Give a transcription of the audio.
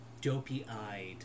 dopey-eyed